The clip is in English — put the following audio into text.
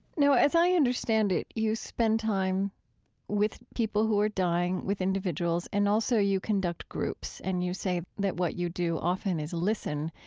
now, as i understand it, you spend time with people who are dying, with individuals, and also you conduct groups, and you say that what you do often is listen.